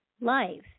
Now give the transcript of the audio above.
Life